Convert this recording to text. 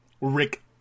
Rick